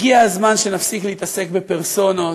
הגיע הזמן שנפסיק להתעסק בפרסונות,